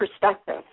perspective